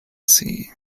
sea